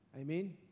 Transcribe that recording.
Amen